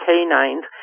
canines